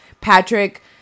Patrick